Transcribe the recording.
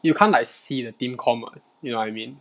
you can't like see the team comm~ [what] you know what I mean